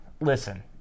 Listen